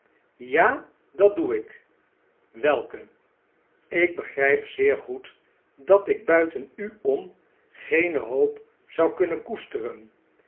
ja dat doe ik b welke ik begrijp zeer goed dat ik buiten u om geene hoop zou kunnen koesteren